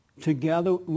together